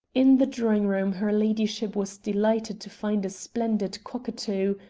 in the drawing-room her ladyship was delighted to find a splendid cockatoo,